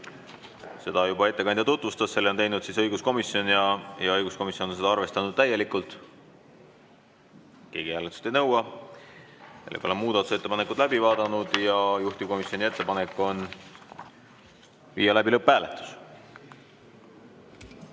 Seda juba ettekandja tutvustas, selle on teinud õiguskomisjon ja õiguskomisjon on seda arvestanud täielikult. Keegi hääletust ei nõua. Seega oleme muudatusettepanekud läbi vaadanud. Juhtivkomisjoni ettepanek on viia läbi lõpphääletus.